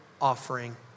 offering